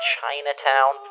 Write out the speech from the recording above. Chinatown